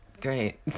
Great